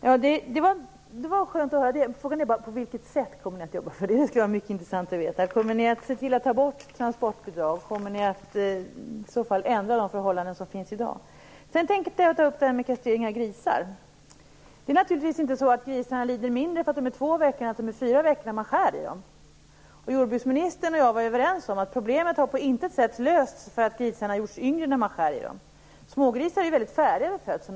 Fru talman! Det var skönt att höra det. Frågan är bara: På vilket sätt kommer ni att jobba för det? Det skulle vara mycket intressant att veta. Kommer ni att se till att ta bort transportbidragen, och kommer ni i så fall att ändra de förhållanden som råder i dag? Sedan vill jag ta upp kastreringen av grisar. Det är naturligtvis inte så att grisarna lider mindre för att de är två veckor i stället för fyra när man skär i dem. Jordbruksministern och jag var också överens om att problemet på intet sätt var löst i och med att grisarna blivit yngre när man skär i dem. Smågrisar är väldigt färdiga vid födseln.